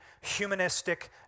humanistic